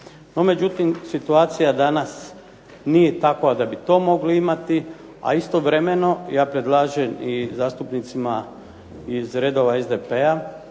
međutim, situacija danas nije takva da bi to mogli imati, a istovremeno ja predlažem i zastupnicima iz redova SDP-a